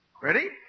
Ready